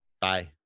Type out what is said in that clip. Bye